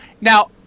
Now